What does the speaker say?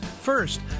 First